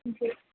جی